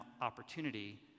opportunity